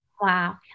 Wow